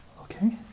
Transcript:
Okay